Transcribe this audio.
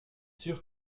sûr